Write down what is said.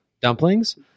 dumplings